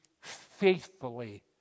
faithfully